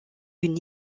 une